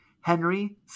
Henry